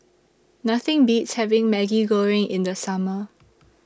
Nothing Beats having Maggi Goreng in The Summer